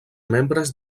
membres